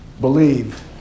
believe